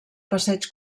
passeig